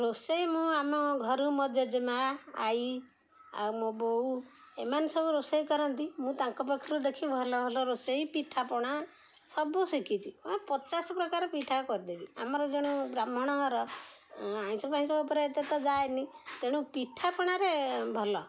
ରୋଷେଇ ମୁଁ ଆମ ଘରୁ ମୋ ଜେଜେମା ଆଈ ଆଉ ମୋ ବୋଉ ଏମାନେ ସବୁ ରୋଷେଇ କରନ୍ତି ମୁଁ ତାଙ୍କ ପାଖରୁ ଦେଖି ଭଲ ଭଲ ରୋଷେଇ ପିଠାପଣା ସବୁ ଶିଖିଚି ହଁ ପଚାଶ ପ୍ରକାର ପିଠା କରିଦେବି ଆମର ଜେଣୁ ବ୍ରାହ୍ମଣଙ୍କର ଆଇଁଷ ଫାଇଁସ ଉପରେ ଏତେ ତ ଯାଏନି ତେଣୁ ପିଠାପଣାରେ ଭଲ